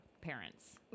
parents